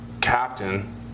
captain